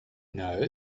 know